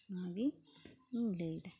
ᱱᱚᱣᱟᱜᱮ ᱤᱧ ᱞᱟᱹᱭᱮᱫᱟ